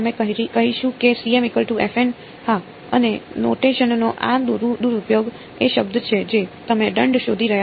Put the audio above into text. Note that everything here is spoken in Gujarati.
તેથી અમે કહીશું કે હા અને નોટેશનનો આ દુરુપયોગ એ શબ્દ છે જે તમે દંડ શોધી રહ્યા છો